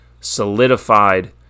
solidified